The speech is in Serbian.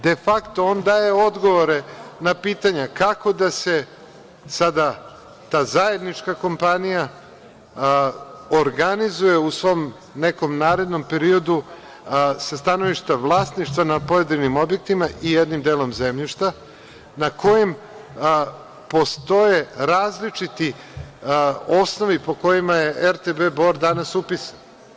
Defakto, on daje odgovore na pitanja kako da se sada ta zajednička kompanija organizuje u svom nekom narednom periodu sa stanovišta vlasništva nad pojedinim objektima i jednim delom zemljišta na kojem postoje različiti osnovi po kojima je RTB Bor danas upisan.